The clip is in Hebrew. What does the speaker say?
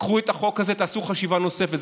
קחו את החוק הזה, תעשו חשיבה נוספת.